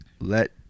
let